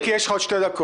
מיקי, יש לך עוד שתי דקות.